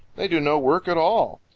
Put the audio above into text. they do no work at all.